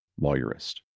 lawyerist